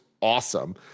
awesome